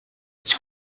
its